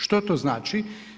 Što to znači?